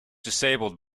disabled